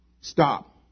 stop